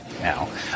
now